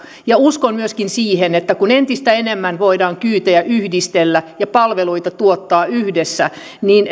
ja uskon myöskin siihen että kun entistä enemmän voidaan kyytejä yhdistellä ja palveluita tuottaa yhdessä niin